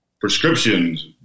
prescriptions